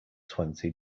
twenty